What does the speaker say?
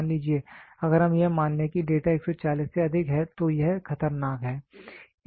मान लीजिए अगर हम यह मान लें कि डेटा 140 से अधिक है तो यह खतरनाक है